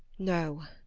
no!